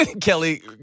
Kelly